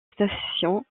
stations